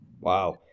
Wow